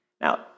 Now